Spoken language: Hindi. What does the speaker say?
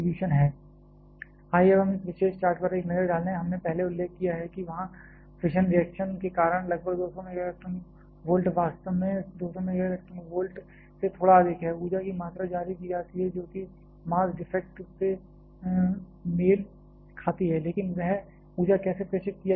अब आइए हम इस विशेष चार्ट पर एक नज़र डालें हमने पहले उल्लेख किया है कि वहाँ फिशन रिएक्शन के कारण लगभग 200 MeV वास्तव में 200 MeV से थोड़ा अधिक ऊर्जा की मात्रा जारी की जाती है जो कि मास डिफेक्ट से मेल खाती है लेकिन वह ऊर्जा कैसे प्रेषित किया जा रहा है